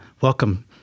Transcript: Welcome